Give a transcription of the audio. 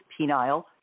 penile